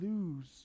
lose